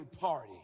party